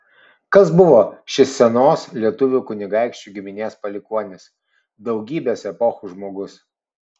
kas buvo šis senos lietuvių kunigaikščių giminės palikuonis daugybės epochų žmogus